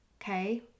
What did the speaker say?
Okay